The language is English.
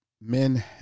men